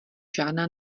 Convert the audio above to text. žádná